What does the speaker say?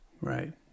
Right